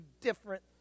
different